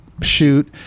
shoot